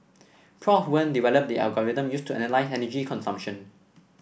Prof Wen developed the algorithm used to analyse energy consumption